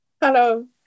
Hello